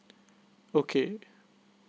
okay